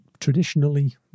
Traditionally